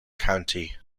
county